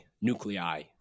nuclei